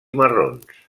marrons